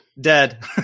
dead